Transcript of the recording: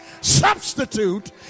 substitute